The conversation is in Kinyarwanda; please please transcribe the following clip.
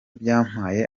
byampaye